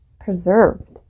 preserved